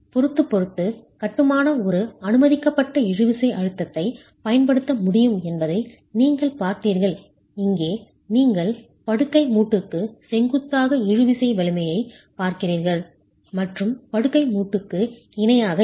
பொறுத்து பொறுத்து கட்டுமான ஒரு அனுமதிக்கப்பட்ட இழுவிசை அழுத்தத்தை பயன்படுத்த முடியும் என்பதை நீங்கள் பார்த்தீர்கள் இங்கே நீங்கள் படுக்கை மூட்டுக்கு செங்குத்தாக இழுவிசை வலிமையைப் பார்க்கிறீர்கள் மற்றும் படுக்கை மூட்டுக்கு இணையாக இல்லை